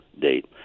date